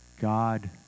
God